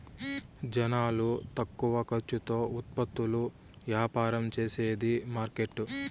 జనాలు తక్కువ ఖర్చుతో ఉత్పత్తులు యాపారం చేసేది మార్కెట్